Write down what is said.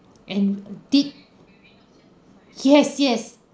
and uh did yes yes